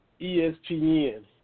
ESPN